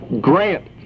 Grant